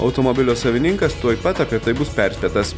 automobilio savininkas tuoj pat apie tai bus perspėtas